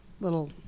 little